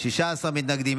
16 מתנגדים,